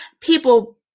People